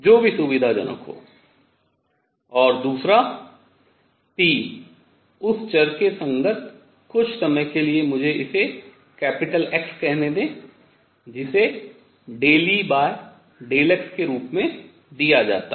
जो भी सुविधाजनक हो और दूसरा p उस चर के संगत कुछ समय के लिए मुझे इसे capital X कहने दें जिसे ∂E∂x के रूप में दिया जाता है